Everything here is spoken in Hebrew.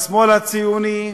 לשמאל הציוני?